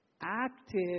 Active